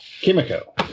Kimiko